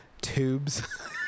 tubes